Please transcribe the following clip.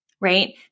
right